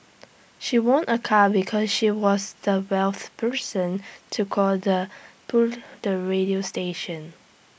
she won A car because she was the wealth person to call the the radio station